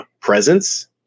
presence